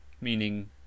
Meaning